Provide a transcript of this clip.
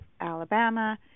Alabama